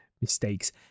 mistakes